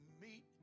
meet